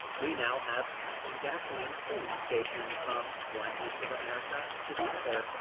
we now have handsome gasoline filling stations from one end of america to the other,